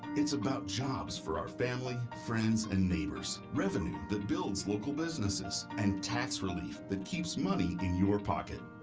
it's about jobs for our family, friends, and neighbors, revenue that builds local businesses, and tax relief that keeps money your pocket.